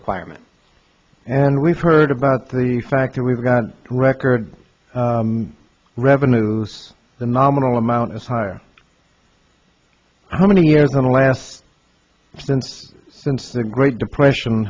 requirement and we've heard about the fact that we've got record revenues the nominal amount is higher how many years in the last since since the great depression